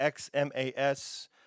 XMAS